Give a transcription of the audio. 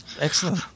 Excellent